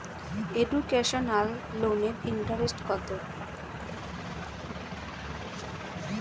Educational লোনের interest কত?